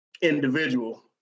individual